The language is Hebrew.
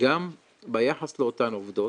גם ביחס לאותן עובדות,